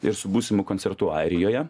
ir su būsimu koncertu airijoje